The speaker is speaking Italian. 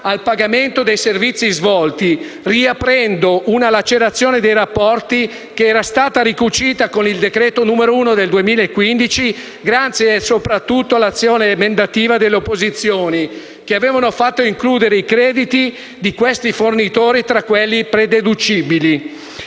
al pagamento dei servizi svolti, riaprendo una lacerazione nei rapporti che era stata ricucita con il decreto n. 1 del 2015, grazie soprattutto all'azione emendativa delle opposizioni, che avevano fatto includere i crediti dei fornitori tra quelli prededucibili.